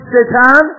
Satan